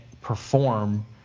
perform